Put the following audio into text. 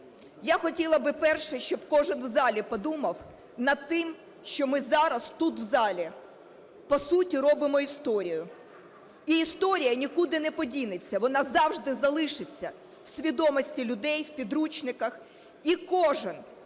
Я хотіла би, перше, щоб кожен в залі подумав над тим, що ми зараз тут в залі по суті робимо історію. І історія нікуди не подінеться, вона завжди залишиться в свідомості людей, в підручниках. І кожен,